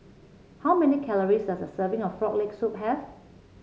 how many calories does a serving of Frog Leg Soup have